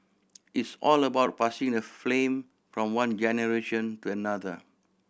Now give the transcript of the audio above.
it's all about passing the flame from one generation to another